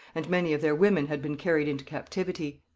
and many of their women had been carried into captivity.